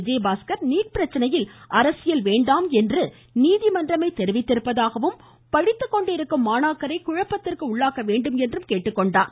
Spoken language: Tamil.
விஜயபாஸ்கர் நீட் பிரச்சினையில் அரசியல் வேண்டாம் என்று நீதிமன்றமே தெரிவித்திருப்பதாகவும் படித்துக்கொண்டிருக்கும் மாணவர்களை குழப்பத்திற்கு உள்ளாக்க வேண்டாம் என்றும் கேட்டுக்கொண்டார்